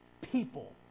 People